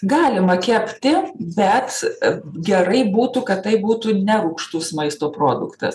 galima kepti bet gerai būtų kad tai būtų ne rūgštus maisto produktas